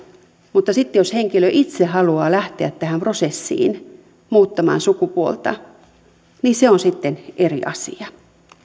mutta sitten jos henkilö itse haluaa lähteä tähän prosessiin muuttamaan sukupuolta niin se on sitten eri asia